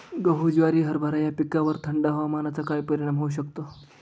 गहू, ज्वारी, हरभरा या पिकांवर थंड हवामानाचा काय परिणाम होऊ शकतो?